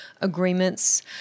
agreements